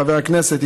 חבר הכנסת.